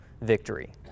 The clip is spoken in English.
victory